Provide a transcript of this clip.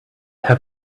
have